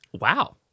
wow